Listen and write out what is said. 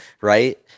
right